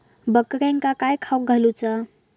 बकऱ्यांका काय खावक घालूचा?